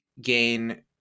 gain